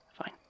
fine